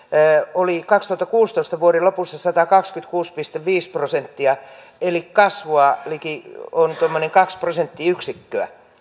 oli vuoden kaksituhattakuusitoista lopussa satakaksikymmentäkuusi pilkku viisi prosenttia eli kasvua on liki kaksi prosenttiyksikköä